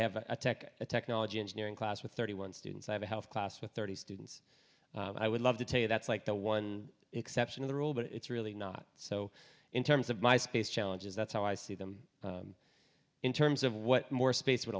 technology engineering class with thirty one students i have a health class with thirty students i would love to tell you that's like the one exception to the rule but it's really not so in terms of my space challenges that's how i see them in terms of what more space would